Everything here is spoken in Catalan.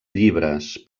llibres